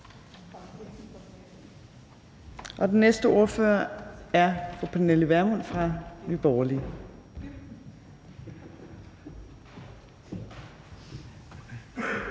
Den næste ordfører er fru Pernille Vermund fra Nye Borgerlige.